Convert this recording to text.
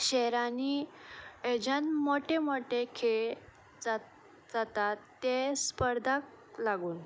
शेरांनी हाज्यान मोटे मोटे खेळ जातात ते स्पर्धाक लागून